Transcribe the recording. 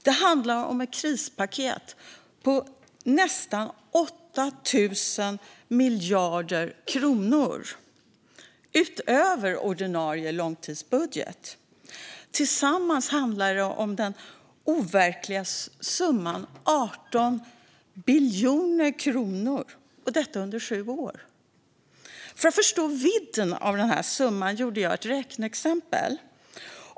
Det handlar om ett krispaket på nästan 8 000 miljarder kronor utöver ordinarie långtidsbudget. Tillsammans handlar det om den overkliga summan 18 biljoner kronor under sju år. För att förstå vidden av summan gjorde jag ett räkneexempel.